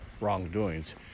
wrongdoings